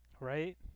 right